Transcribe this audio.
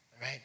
Right